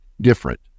different